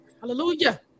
Hallelujah